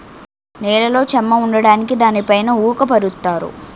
నేలలో చెమ్మ ఉండడానికి దానిపైన ఊక పరుత్తారు